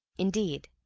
indeed,